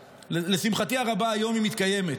לשמחתי הרבה, היום היא מתקיימת.